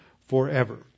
forever